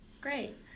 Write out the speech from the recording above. Great